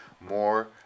more